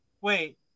Wait